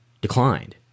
declined